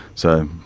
so,